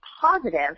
positive